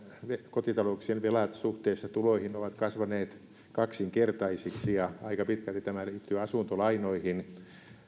kotitalouksien velat suhteessa tuloihin ovat kasvaneet kaksinkertaisiksi ja aika pitkälti tämä liittyy asuntolainoihin